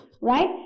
right